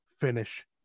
finish